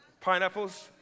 Pineapples